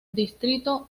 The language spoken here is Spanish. distrito